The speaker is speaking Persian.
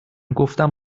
گفتم